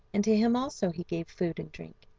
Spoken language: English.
and to him also he gave food and drink.